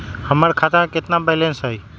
हमर खाता में केतना बैलेंस हई?